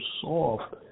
soft